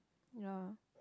ya